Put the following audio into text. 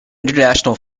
international